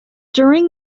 during